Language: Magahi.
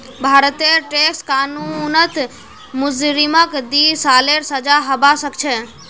भारतेर टैक्स कानूनत मुजरिमक दी सालेर सजा हबा सखछे